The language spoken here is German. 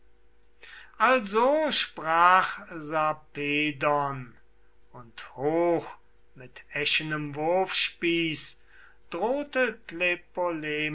also sprach sarpedon und hoch mit eschenem wurfspieß drohte